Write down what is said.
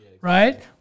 right